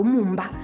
Mumba